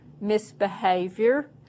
misbehavior